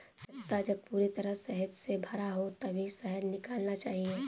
छत्ता जब पूरी तरह शहद से भरा हो तभी शहद निकालना चाहिए